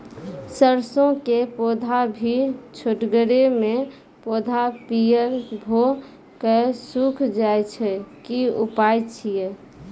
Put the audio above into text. सरसों के पौधा भी छोटगरे मे पौधा पीयर भो कऽ सूख जाय छै, की उपाय छियै?